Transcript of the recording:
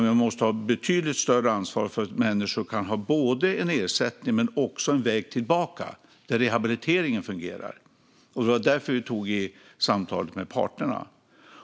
Det måste tas ett betydligt större ansvar för att människor ska få både ersättning och en väg tillbaka med fungerande rehabilitering, och därför förde vi ett samtal med parterna.